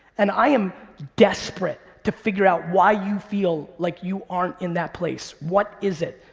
and i am desperate to figure out why you feel like you aren't in that place. what is it?